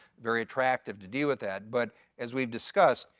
very attractive to deal with that. but as we've discussed,